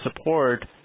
support